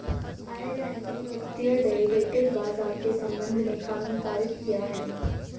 Ireland ने वित्तीय derivative बाजार के संबंध में कानून पारित किया है